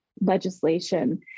legislation